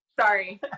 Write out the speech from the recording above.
Sorry